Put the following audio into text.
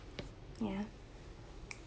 ya